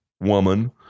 woman